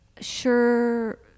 sure